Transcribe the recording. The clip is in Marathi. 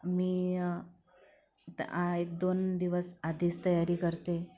मी दआ एक दोन दिवस आधीच तयारी करते